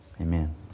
Amen